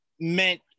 meant